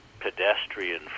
pedestrian